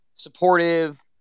Supportive